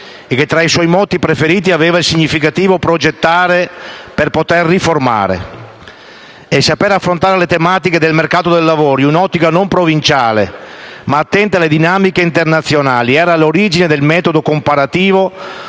e che, tra i propri motti preferiti, aveva il significativo «progettare per poter riformare». Il saper affrontare le tematiche del mercato del lavoro in un'ottica non provinciale, ma attenta alle dinamiche internazionali, era all'origine del metodo comparativo